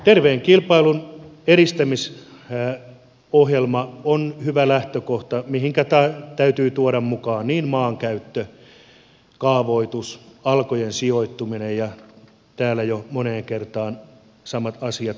terveen kilpailun edistämisohjelma on hyvä lähtökohta mihin täytyy tuoda mukaan niin maankäyttö kaavoitus alkojen sijoittuminen ja täällä jo moneen kertaan samat asiat toistettuna